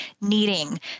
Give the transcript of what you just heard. needing